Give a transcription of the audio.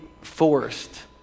forced